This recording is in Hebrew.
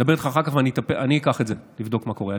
אדבר איתך אחר כך ואני אקח את זה לבדוק מה קורה.